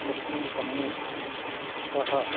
तस्मिन् समये सः